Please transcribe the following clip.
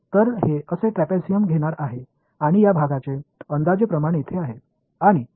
तर हे असे ट्रॅपीझियम घेणार आहे आणि या भागाचे अंदाजे प्रमाण येथे आहे